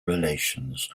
relations